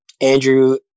Andrew